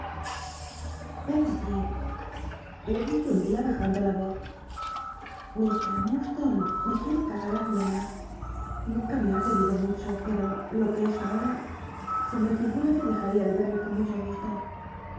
le elije un tlia bajando la voz mr iiunlstonc me quiere cacla i'cz menos nttnca me ha c uctido mucho pcto lo que es ahora r me ligma que dejaría de i'cl llc con mucho